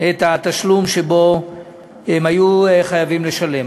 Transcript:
את התשלום ההם היו חייבים לשלם.